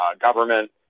government